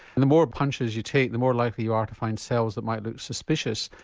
and the more punches you take the more likely you are to find cells that might look suspicious.